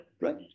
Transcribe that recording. Right